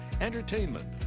Entertainment